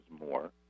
more